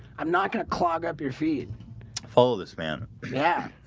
i'm not going to clog up your feet follow this man yeah,